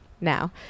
now